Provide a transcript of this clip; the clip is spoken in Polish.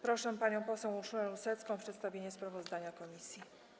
Proszę panią poseł Urszulę Rusecką o przedstawienie sprawozdania komisji.